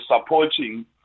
supporting